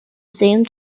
same